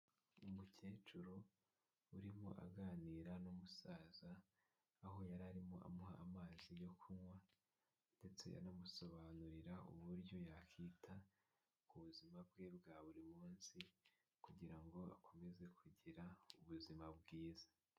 Umukecuru urimo aganira n'umusaza, aho yari arimo amuha amazi yo kunywa ndetse anamusobanurira uburyo yakwita ku buzima bwe bwa buri munsi kugira ngo akomeze kugira ubuzima bwiza.